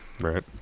Right